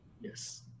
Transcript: Yes